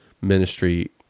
ministry